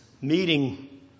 meeting